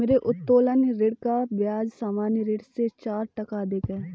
मेरे उत्तोलन ऋण का ब्याज सामान्य ऋण से चार टका अधिक है